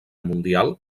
mundial